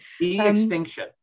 extinction